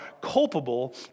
culpable